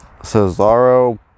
Cesaro